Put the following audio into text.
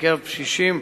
בקרב קשישים,